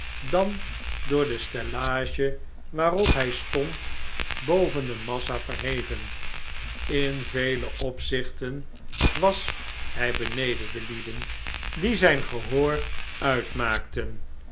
dan door de stellage waarop hij stond boven de massa verheven in vele opzichten was hij beneden de lieden die zijn gehoor uitmaakten